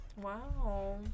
Wow